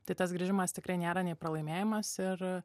tai tas grįžimas tikrai nėra nei pralaimėjimas ir